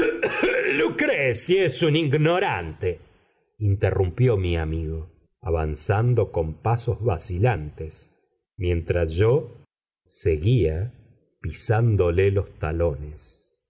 a luchresi luchresi es un ignorante interrumpió mi amigo avanzando con pasos vacilantes mientras yo seguía pisándole los talones